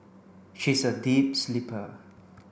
she is a deep sleeper